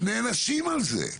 נענשים על זה.